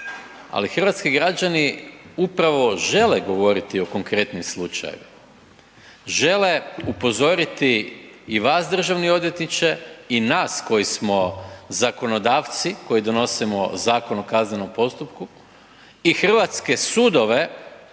ali hrvatski građani upravo žele govoriti o konkretnim slučajevima. Žele upozoriti i vas državni odvjetniče i nas koji smo zakonodavci koji donosimo Zakon o kaznenom postupku i hrvatske sudove